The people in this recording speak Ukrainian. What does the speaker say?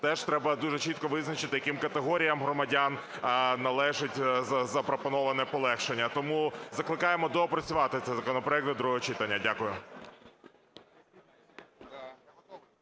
Теж треба дуже чітко визначити, яким категоріям громадян належить запропоноване полегшення. Тому закликаємо доопрацювати цей законопроект до другого читання. Дякую.